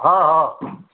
हा हा